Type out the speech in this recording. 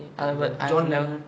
john lennon